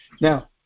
Now